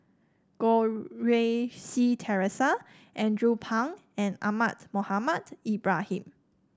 Goh Rui Si Theresa Andrew Phang and Ahmad Mohamed Ibrahim